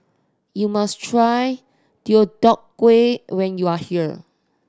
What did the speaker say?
you must try Deodeok Gui when you are here